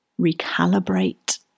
recalibrate